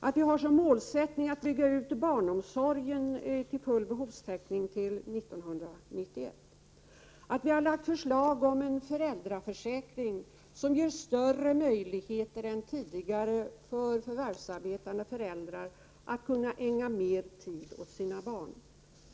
Dessutom har vi som målsättning att bygga ut barnomsorgen till full behovstäckning fram till 1991. Vi har också lagt fram förslag till en föräldraförsäkring, som ger förvärvsarbetande föräldrar större möjligheter än tidigare att ägna mer tid åt sina barn.